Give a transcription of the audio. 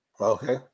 Okay